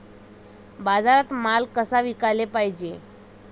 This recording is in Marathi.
बाजारात माल कसा विकाले पायजे?